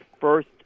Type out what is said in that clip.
first